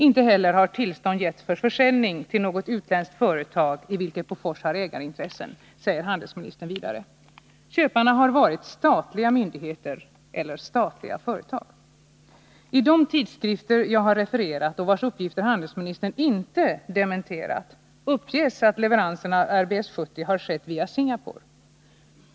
Inte heller har tillstånd getts för försäljning till något utländskt företag i vilket Bofors har ägarintressen. Köparna har varit statliga myndigheter eller statliga företag. I de tidskrifter jag har refererat, och vilkas uppgifter handelsministern inte dementerat, uppges att leveransen av RBS 70 har skett via Singapore.